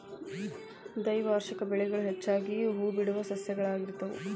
ದ್ವೈವಾರ್ಷಿಕ ಬೆಳೆಗಳು ಹೆಚ್ಚಾಗಿ ಹೂಬಿಡುವ ಸಸ್ಯಗಳಾಗಿರ್ತಾವ